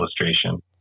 illustration